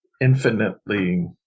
infinitely